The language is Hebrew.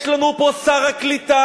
יש לנו פה שר הקליטה,